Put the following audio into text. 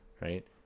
right